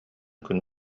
күн